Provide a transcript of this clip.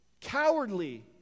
cowardly